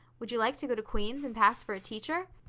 would you like to go to queen's and pass for a teacher?